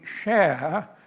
share